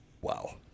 Wow